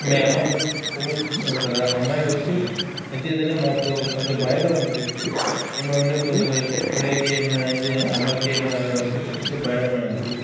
మీ అమ్మాయికు homework ఇస్తున్నారు కదా అమ్మాయి వచ్చి అయితే ఇదేనే మాకు కొంచెం భయంగా ఉంది ఈ మొబైల్ ఫోన్కి ఏమన్నా అయింది అమ్మకి ఏమన్నా ఉంటే చెప్పేసి భయమైంది